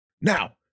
Now